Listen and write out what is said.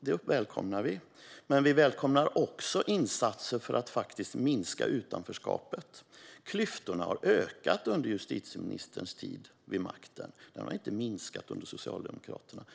Det välkomnar vi. Men vi välkomnar också insatser för att minska utanförskapet. Klyftorna har ökat under justitieministerns tid vid makten. De har inte minskat under Socialdemokraterna.